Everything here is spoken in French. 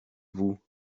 vous